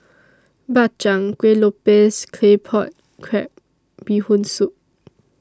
Bak Chang Kueh Lopes Claypot Crab Bee Hoon Soup